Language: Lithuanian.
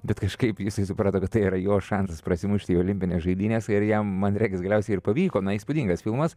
bet kažkaip jisai suprato kad tai yra jo šansas prasimušti į olimpines žaidynes ir jam man regis galiausiai pavyko ną įspūdingas filmas